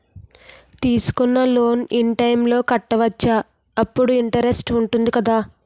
తీసుకున్న loan in time లో కట్టవచ్చ? అప్పుడు ఇంటరెస్ట్ వుందదు కదా?